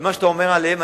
כי מה שאתה אומר עליהם,